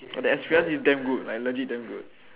!wah! the experience is like damn good like legit good